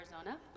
Arizona